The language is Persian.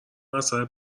اثر